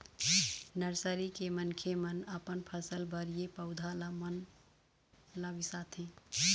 nursery के मनखे मन अपन फसल बर ए पउधा मन ल बिसाथे